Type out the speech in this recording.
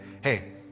hey